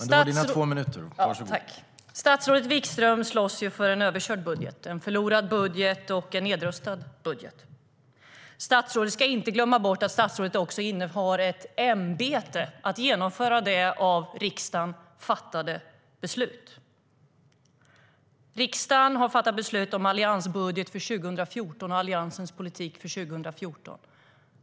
Herr talman! Statsrådet Wikström slåss för en budget som är överkörd, förlorad och nedröstad. Statsrådet ska inte glömma bort att statsrådet innehar ett ämbete som innefattar att genomföra av riksdagen fattade beslut. Riksdagen har fattat beslut om en alliansbudget för 2014 och Alliansens politik för 2014.